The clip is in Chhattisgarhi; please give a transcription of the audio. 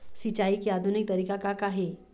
सिचाई के आधुनिक तरीका का का हे?